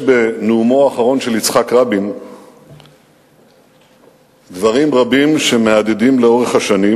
יש בנאומו האחרון של יצחק רבין דברים רבים שמהדהדים לאורך השנים